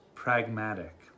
pragmatic